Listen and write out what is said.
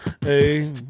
Hey